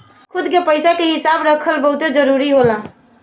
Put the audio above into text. खुद के पइसा के हिसाब रखल बहुते जरूरी होला